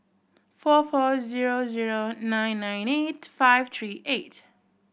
four four zero zero nine nine eight five three eight